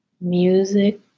music